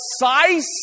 precise